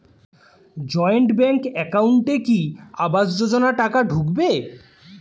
Joint bank একাউন্টে কি আবাস যোজনা টাকা ঢুকবে?